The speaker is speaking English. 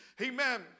Amen